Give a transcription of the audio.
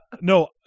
no